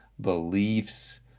beliefs